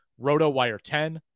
ROTOWIRE10